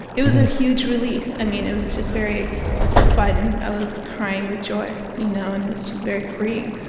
it was a huge release. i mean, it was just very fun. i was crying with joy, you know, and it was just very freeing.